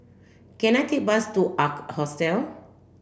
can I take bus to Ark Hostel